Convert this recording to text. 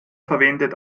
verwendet